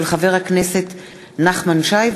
מאת חברי הכנסת נחמן שי,